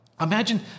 Imagine